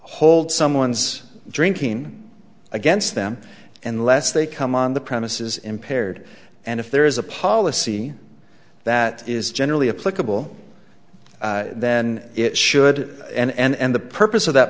hold someone's drinking against them unless they come on the premises impaired and if there is a policy that is generally applicable then it should and the purpose of that